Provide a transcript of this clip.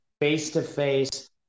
face-to-face